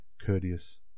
courteous